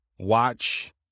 Watch